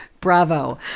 Bravo